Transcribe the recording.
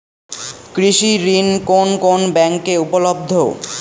কৃষি ঋণ কোন কোন ব্যাংকে উপলব্ধ?